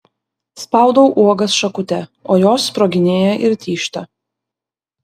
spaudau uogas šakute o jos sproginėja ir tyžta